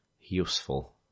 useful